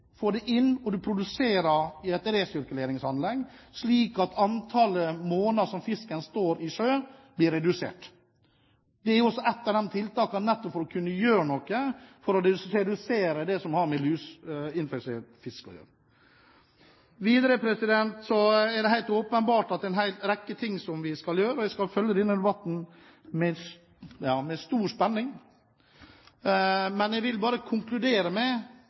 det ikke er lus, får det inn og produserer i et resirkuleringsanlegg, slik at antall måneder som fisken står i sjøen, blir redusert. Det er også et av tiltakene nettopp for å redusere luseinfisert fisk. Videre er det helt åpenbart at det er en rekke ting som vi kan gjøre. Jeg skal følge denne debatten med stor spenning. Men jeg vil bare konkludere med